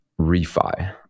refi